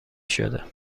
شده